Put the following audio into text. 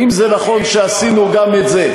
האם זה נכון שעשינו גם את זה?